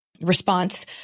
response